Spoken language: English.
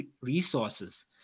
resources